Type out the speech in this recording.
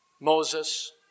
Moses